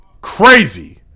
Crazy